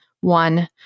one